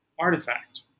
artifact